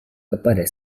kepada